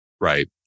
Right